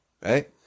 Right